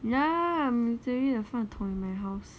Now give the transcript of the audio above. yeah I'm literally the 饭桶 in my house